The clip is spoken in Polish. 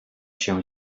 się